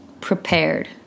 prepared